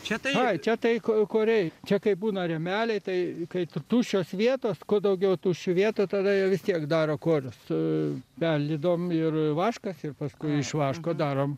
čia tai čia tai ko koriai kai būna rėmeliai tai kaip tuščios vietos kuo daugiau tuščių vietų tada jie vis tiek daro korius su perlydom ir vaškas ir paskui iš vaško darome